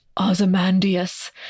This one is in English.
Ozymandias